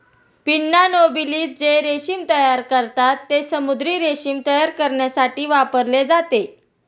pinna nobilis जे रेशीम तयार करतात, ते समुद्री रेशीम तयार करण्यासाठी वापरले जाते